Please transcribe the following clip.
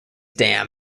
dam